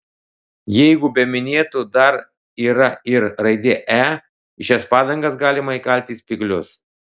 jeigu be minėtų dar yra ir raidė e į šias padangas galima įkalti spyglius